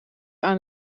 aan